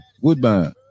Woodbine